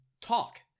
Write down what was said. Talk